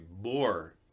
more